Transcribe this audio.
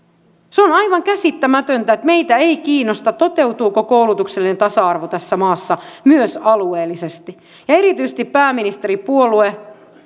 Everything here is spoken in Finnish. se on aivan käsittämätöntä että meitä ei kiinnosta toteutuuko koulutuksellinen tasa arvo tässä maassa myös alueellisesti erityisesti pääministeripuolue